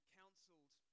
counseled